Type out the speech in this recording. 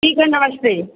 ठीक है नमस्ते